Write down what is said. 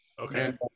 okay